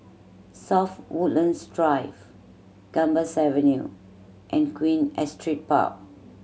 South Woodlands Drive Gambas Avenue and Queen Astrid Park